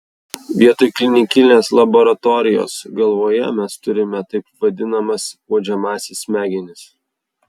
vietoj klinikinės laboratorijos galvoje mes turime taip vadinamas uodžiamąsias smegenis